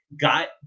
got